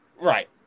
Right